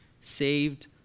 Saved